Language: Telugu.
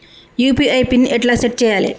యూ.పీ.ఐ పిన్ ఎట్లా సెట్ చేయాలే?